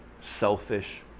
selfish